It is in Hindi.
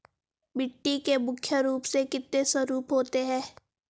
मिट्टी के मुख्य रूप से कितने स्वरूप होते हैं?